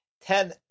Ten